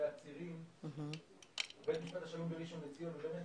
העצירים בבית משפט השלום בראשון לציון.